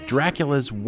Dracula's